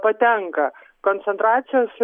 patenka koncentracijos